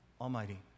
Almighty